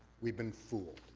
we've been fooled.